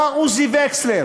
בא עוזי וכסלר,